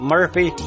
Murphy